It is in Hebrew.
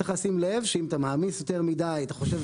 צריך לשים לב שאם אתה מעמיס יותר מדי אתה חושב